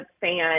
fan